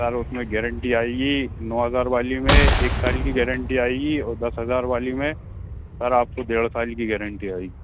sir उसमें guarantee आएगी नौ हज़ार वाली में एक साल की गैरन्टी आएगी और दस हज़ार वाली में सर आपको डेढ़ साल की गैरन्टी आएगी